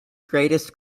greatest